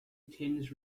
tennis